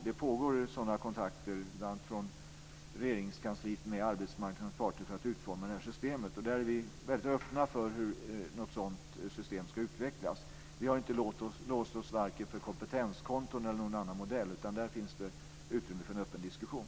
Det pågår sådana kontakter, bl.a. från Regeringskansliets sida, med arbetsmarknadens parter för att utforma det här systemet. Vi är väldigt öppna när det gäller hur ett sådant system ska utvecklas. Vi har varken låst oss för kompetenskonton eller någon annan modell. Där finns det utrymme för en öppen diskussion.